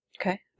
Okay